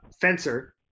fencer